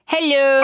Hello